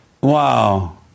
Wow